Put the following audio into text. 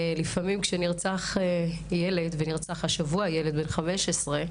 לפעמים כשנרצח ילד, והשבוע נרצח ילד בן 15,